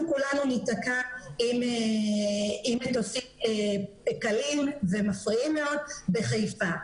כולנו ניתקע עם מטוסים קלים ומפריעים מאוד בחיפה.